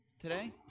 today